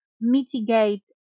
mitigate